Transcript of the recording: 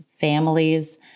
families